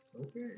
Okay